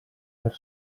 per